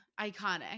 iconic